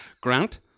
Grant